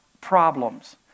problems